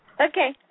Okay